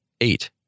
Eight